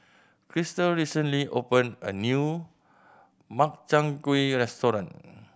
Christal recently opened a new Makchang Gui restaurant